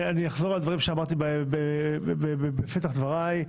אני אחזור על דברים שאמרתי בפתח דבריי.